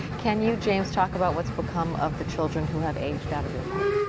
can you, james, talk about what's become of the children who have aged out of your home?